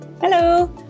hello